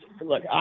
Look